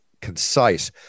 concise